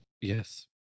Yes